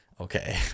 okay